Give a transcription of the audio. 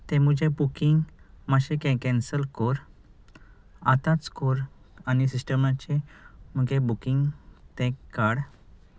तें म्हजें बुकींग मातशें कॅन्सल कोर आतांच कोर आनी सिस्टमाचे मुगे बुकींग तें काड